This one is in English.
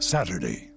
Saturday